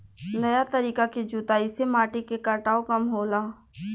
नया तरीका के जुताई से माटी के कटाव कम होला